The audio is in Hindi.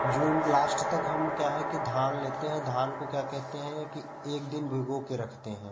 जून लास्ट तक हम क्या कि धान लेते हैं धान को क्या कहते हैं कि एक दिन भिगो के रखते हैं